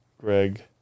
greg